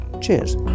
Cheers